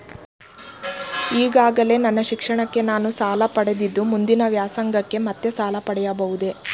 ಈಗಾಗಲೇ ನನ್ನ ಶಿಕ್ಷಣಕ್ಕೆ ನಾನು ಸಾಲ ಪಡೆದಿದ್ದು ಮುಂದಿನ ವ್ಯಾಸಂಗಕ್ಕೆ ಮತ್ತೆ ಸಾಲ ಪಡೆಯಬಹುದೇ?